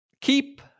Keep